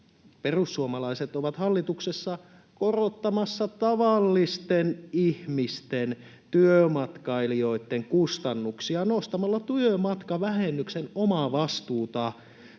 perussuomalaiset ovat hallituksessa korottamassa tavallisten ihmisten, työmatkailijoitten, kustannuksia nostamalla työmatkavähennyksen omavastuuta